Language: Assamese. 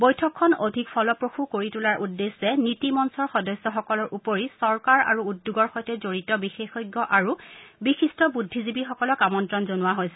বৈঠকখন অধিক ফলপ্ৰসূ কৰি তোলাৰ উদ্দেশ্যে নীতি মঞ্চৰ সদস্যসকলৰ উপৰি চৰকাৰ আৰু উদ্যোগৰ সৈতে জড়িত বিশেষজ্ঞ আৰু বিশিষ্ট বুদ্ধিজীৱীসকলক আমন্ত্ৰণ জনোৱা হৈছে